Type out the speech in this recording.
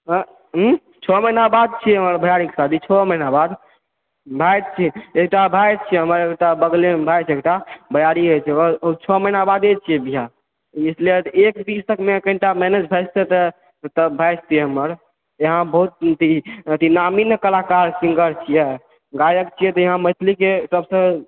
हँ हुँ छओ महिना बाद छिये हमर भय्यारीके शादी छओ महिना बाद भाय छियै एकटा भाय छियै हमर एकटा बगलमे भाय छियै एकटा भयारिये छियै ओ छओ महिना बादे छिये ब्याह इसलिए एक बीस तकमे मैनेज भऽ जेतै तऽ भाय छियै हमर अहाँ बहुत ही नामी कलाकार सिंगर छियै गायक छियै तऽ मैथिलीके एते सबसॅं